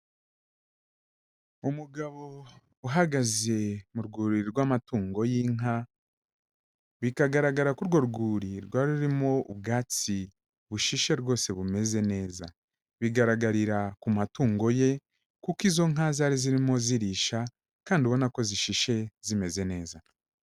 Umugabo uhagaze mu rwuri rw'amatungo y'inka, bikagaragara ko urwo rwuri rwari rurimo ubwatsi bushishe rwose bumeze neza, bigaragarira ku matungo ye kuko izo nka zari zirimo zirisha kandi ubona ko zishishe zimeze neza.